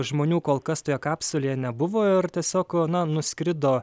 žmonių kol kas toje kapsulėje nebuvo ir tiesiog na nuskrido